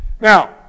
Now